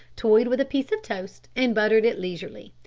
toyed with a piece of toast and buttered it leisurely.